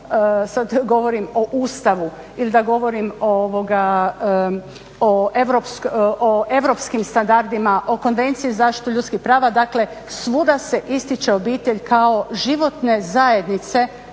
sad govorim o Ustavu ili da govorim o europskim standardima, o konvenciji za zaštitu ljudskih prava, dakle svuda se ističe obitelj kao životne zajednice